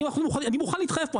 אני מוכן להתחייב פה,